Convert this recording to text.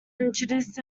introduced